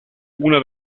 una